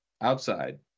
outside